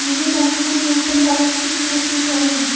मुझे बैंक में न्यूनतम बैलेंस कितना रखना चाहिए?